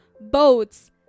boats